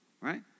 right